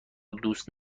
دوست